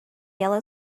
yellow